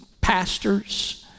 pastors